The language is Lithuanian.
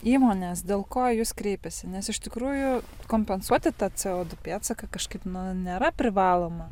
įmonės dėl ko į jus kreipiasi nes iš tikrųjų kompensuoti tą ce o pėdsaką kažkaip nu nėra privaloma